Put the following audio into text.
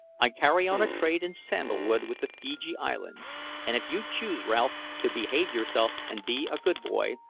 i carry on a trade in sandal-wood with the feejee islands and if you choose, ralph, to behave yourself and be a good boy,